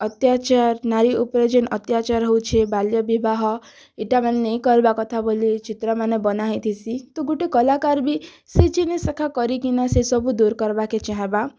ଅତ୍ୟାଚାର୍ ନାରୀ ଉପ୍ରେ ଯେନ୍ ଅତ୍ୟାଚାର୍ ହେଉଛେ ବାଲ୍ୟବିବାହ ଇ'ଟାମାନେ ନାଇଁ କର୍ବାର୍ କଥା ବୋଲି ଚିତ୍ରମାନେ ବନା ହେଇଥିସି ତ ଗୁଟେ କଲାକାର୍ ବି ସେ ଜିନିଷ୍ ଏକା କରିକିନା ସେସବୁ ଦୂର୍ କର୍ବାର୍କେ ଚାହେଁବା